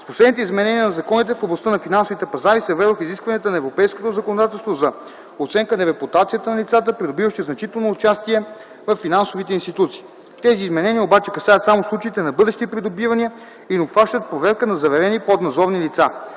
С последните изменения на законите в областта на финансовите пазари се въведоха изискванията на европейското законодателство за оценка на репутацията на лицата, придобиващи значително участие във финансовите институции. Тези изменения обаче касаят само случаи на бъдещи придобивания и не обхващат проверка на заварени поднадзорни лица.